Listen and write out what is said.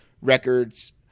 records